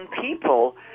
people